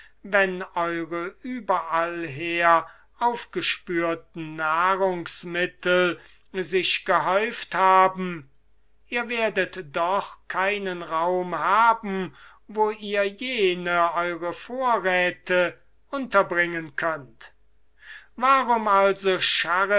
wenn eure überallher aufgespürten nahrungsmittel sich gehäuft haben ihr werdet doch keinen raum haben wo ihr jene eure vorräthe unterbringen könnt warum scharret